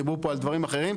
דיברו פה על דברים אחרים,